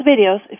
videos